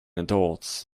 adults